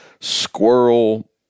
squirrel